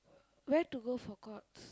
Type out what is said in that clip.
where to go for Courts